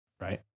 right